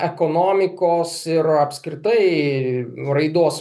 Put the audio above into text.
ekonomikos ir apskritai ir raidos